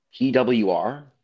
PWR